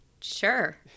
Sure